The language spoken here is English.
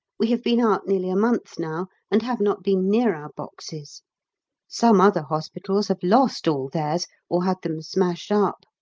we have been out nearly a month now and have not been near our boxes some other hospitals have lost all theirs, or had them smashed up.